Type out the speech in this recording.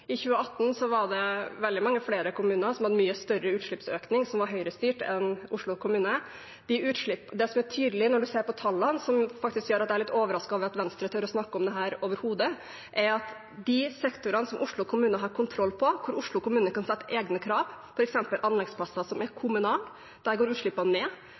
I 2018 var det veldig mange flere kommuner som hadde mye større utslippsøkning, og som var høyrestyrt, enn Oslo kommune. Det som er tydelig når man ser på tallene, og som faktisk gjør at jeg er litt overrasket over at Venstre overhodet tør å snakke om dette, er at i de sektorene som Oslo kommune har kontroll på, hvor Oslo kommune kan sette egne krav, f.eks. anleggsplasser som er kommunale, går utslippene ned.